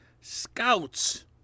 Scouts